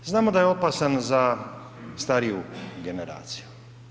Znamo da je opasan za stariju generaciju.